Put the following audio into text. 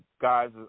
guys